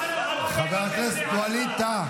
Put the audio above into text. חבר הכנסת ווליד טאהא,